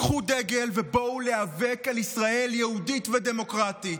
קחו דגל ובואו להיאבק על ישראל יהודית ודמוקרטית,